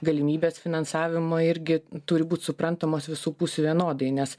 galimybės finansavimo irgi turi būt suprantamos visų pusių vienodai nes